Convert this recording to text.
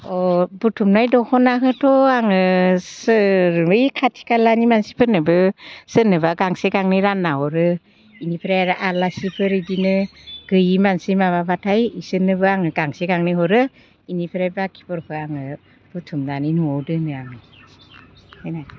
अ बुथुमनाय दखनाखौथ' आङो सोर ओइ खाथि खालानि मानसिफोरनोबो सोरनोबा गांसे गांनै रानना हरो बेनिफ्राय आरो आलासिफोर बिदिनो गैयि मानसि माबाब्लाथाय बिसोरनोबो आङो गांसे गांनै हरो बेनिफ्राय बाकिफोरखौ आङो बुथुमनानै न'आव दोनो आङो बेनो